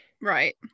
right